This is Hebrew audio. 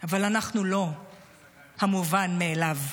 אבל אנחנו לא המובן מאליו.